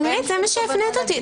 אבל זה מה שהפנית אותי אליו.